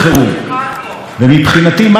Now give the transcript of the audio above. ומבחינתי, מה זה mode חירום, כבוד השר?